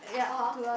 (aha)